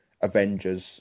Avengers